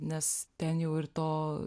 nes ten jau ir to